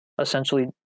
essentially